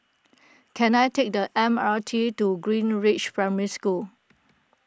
can I take the M R T to Greenridge Primary School